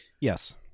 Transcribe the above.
Yes